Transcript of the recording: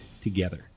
together